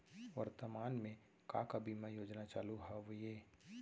वर्तमान में का का बीमा योजना चालू हवये